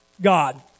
God